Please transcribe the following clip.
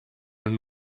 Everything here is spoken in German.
und